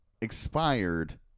expired